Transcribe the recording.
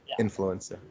Influencer